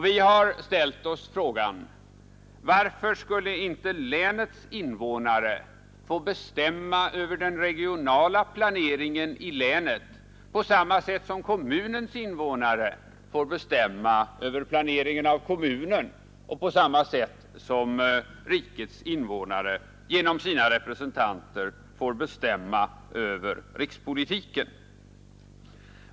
Vi ställer oss frågan: Varför skulle inte länets invånare få bestämma över den regionala planeringen i länet på samma sätt som kommunens invånare får bestämma över planeringen av kommunen och på samma sätt som rikets invånare genom sina representanter får bestämma över rikspolitiken?